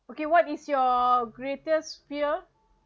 okay what is your greatest fear